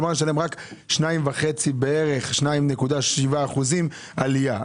כלומר, נשלם רק 2.5% בערך, 2.7% עלייה.